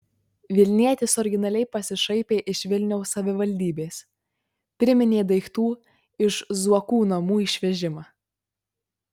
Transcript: vilnietis originaliai pasišaipė iš vilniaus savivaldybės priminė daiktų iš zuokų namų išvežimą